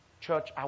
Church